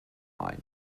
mind